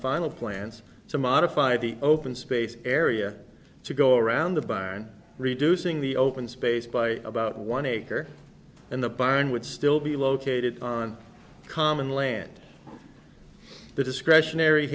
final plans to modify the open space area to go around by reducing the open space by about one acre in the barn would still be located on common land the discretionary